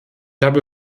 habe